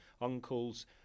uncles